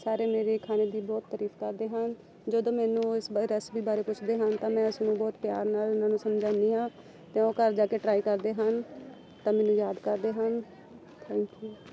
ਸਾਰੇ ਮੇਰੇ ਖਾਣੇ ਦੀ ਬਹੁਤ ਤਾਰੀਫ਼ ਕਰਦੇ ਹਨ ਜਦੋਂ ਮੈਨੂੰ ਉਸ ਬ ਰੈਸਪੀ ਬਾਰੇ ਪੁੱਛਦੇ ਹਨ ਤਾਂ ਮੈਂ ਉਸਨੂੰ ਬਹੁਤ ਪਿਆਰ ਨਾਲ ਉਹਨਾਂ ਨੂੰ ਸਮਝਾਉਂਦੀ ਹਾਂ ਤਾਂ ਉਹ ਘਰ ਜਾ ਕੇ ਟ੍ਰਾਈ ਕਰਦੇ ਹਨ ਤਾਂ ਮੈਨੂੰ ਯਾਦ ਕਰਦੇ ਹਨ ਥੈਂਕ ਯੂ